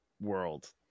world